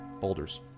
boulders